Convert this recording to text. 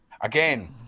again